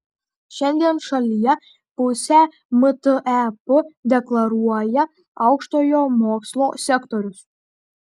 šiandien šalyje pusę mtep deklaruoja aukštojo mokslo sektorius